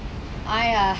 !aiya!